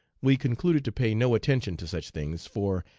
we concluded to pay no attention to such things, for,